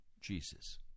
Jesus